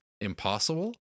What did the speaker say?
impossible